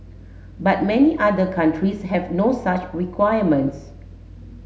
but many other countries have no such requirements